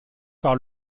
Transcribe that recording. par